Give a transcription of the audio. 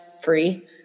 free